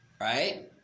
right